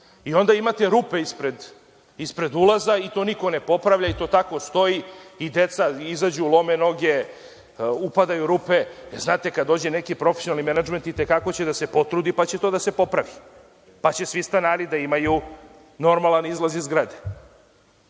Onda imate rupe ispred ulaza i to niko ne popravlja, to tako stoji i deca izađu lome noge, upadaju u rupe. Znate, kad dođe neki profesionalni menadžment i te kako će da se potrudi pa će to da se popravi. Pa će svi stanari da imaju normalan izlaz iz zgrade. Tako